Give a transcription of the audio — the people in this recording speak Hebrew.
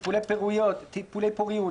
טיפולי פוריות,